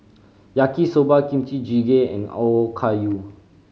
Yaki Soba Kimchi Jjigae and Okayu